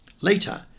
Later